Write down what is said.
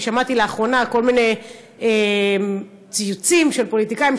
כי שמעתי לאחרונה כל מיני ציוצים של פוליטיקאים